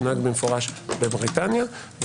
בבריטניה.